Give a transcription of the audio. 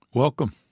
Welcome